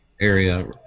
area